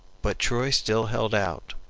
but troy still held out,